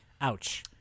Ouch